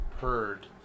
heard